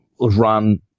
run